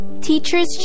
Teachers